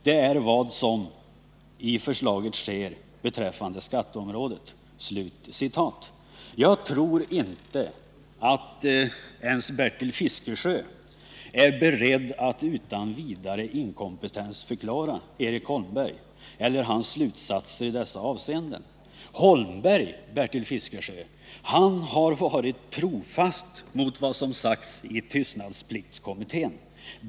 Det är vad som i förslaget sker beträffande skatteområdet.” Jag tror inte att Bertil Fiskesjö är beredd att utan vidare inkompetensförklara Erik Holmberg eller hans slutsatser i dessa avseenden. Erik Holmberg har, Bertil Fiskesjö, varit trofast mot vad som sagts i tystnadspliktskommittén.